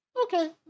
okay